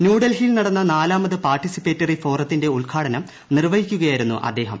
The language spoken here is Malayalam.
ന്യൂഡൽഹിയിൽ നടന്ന നാലാമത് പാർട്ടിസിപ്പേറ്ററി ഫോറത്തിന്റെ ഉദ്ഘാടനം നിർവ്വഹിക്കുകയായിരുന്നു അദ്ദേഹം